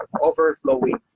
overflowing